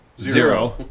Zero